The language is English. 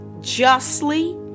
justly